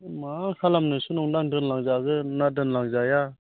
मा खालामनोसो नंदों आं दोनलां जागोन ना दोनलांजाया